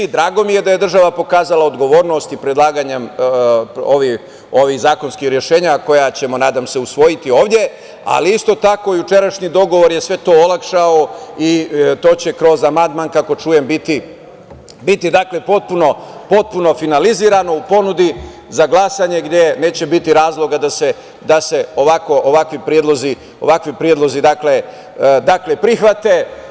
Drago mi je da je država pokazala odgovornost i predlaganje ovih zakonskih rešenja koja ćemo, nadam se, usvojiti ovde, ali isto tako jučerašnji dogovor je to sve olakšao i to će kroz amandman, kako čujem, biti potpuno finalizirano, u ponudi za glasanje gde neće biti razloga da se ovakvi predlozi prihvate.